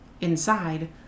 inside